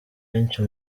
benshi